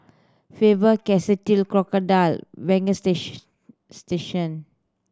Faber Castell Crocodile station